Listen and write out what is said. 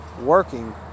working